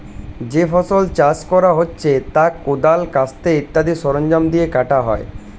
যে ফসল চাষ করা হচ্ছে তা কোদাল, কাস্তে ইত্যাদি সরঞ্জাম দিয়ে কাটা হয়